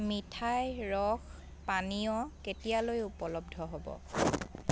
মিঠাই ৰস পানীয় কেতিয়ালৈ উপলব্ধ হ'ব